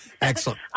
Excellent